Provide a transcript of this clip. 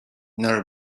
nor